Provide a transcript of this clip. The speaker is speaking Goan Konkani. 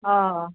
हय